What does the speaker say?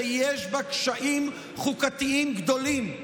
שיש בה קשיים חוקתיים גדולים,